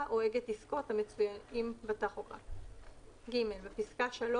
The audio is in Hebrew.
או אגד דיסקות המצויים בטכוגרף,"; בפסקה (3),